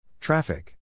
Traffic